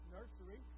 Nursery